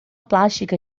plástica